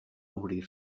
obrir